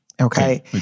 Okay